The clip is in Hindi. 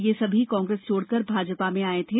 ये सभी कांग्रेस छोडकर भाजपा में आए थे